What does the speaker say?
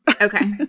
Okay